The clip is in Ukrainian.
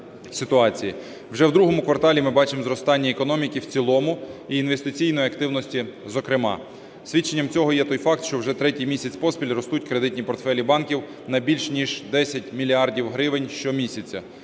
Вже в другому кварталі ми бачимо зростання економіки в цілому, і інвестиційної активності зокрема. Свідченням цього є той факт, що вже третій місяць поспіль ростуть кредитні портфелі банків на більш ніж 10 мільярдів гривень щомісяця.